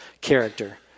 character